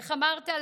איך אמרת?